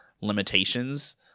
limitations